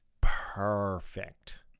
perfect